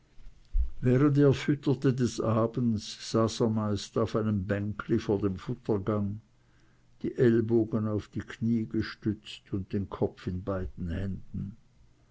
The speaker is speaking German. während er fütterte des abends saß er meist auf einem bänkli vor dem futtergang die ellbogen auf die knie gestützt und den kopf in beiden händen